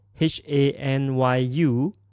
H-A-N-Y-U